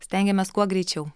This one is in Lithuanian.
stengiamės kuo greičiau